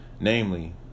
namely